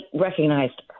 recognized